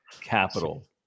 capital